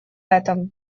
этом